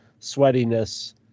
sweatiness